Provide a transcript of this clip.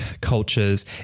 cultures